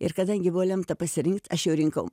ir kadangi buvo lemta pasirinkt aš jau rinkau